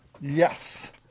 Yes